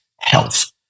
health